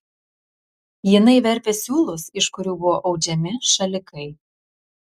jinai verpė siūlus iš kurių buvo audžiami šalikai